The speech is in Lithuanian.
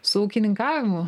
su ūkininkavimu